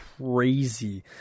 crazy